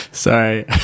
sorry